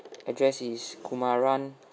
address is kumaran